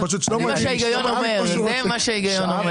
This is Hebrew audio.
פשוט שלמה הבין את מה שהוא רצה.